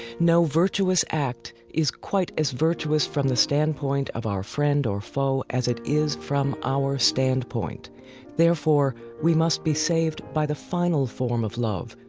no virtuous act is quite as virtuous from the standpoint of our friend or foe as it is from our standpoint therefore, we must be saved by the final form of love,